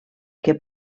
que